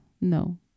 No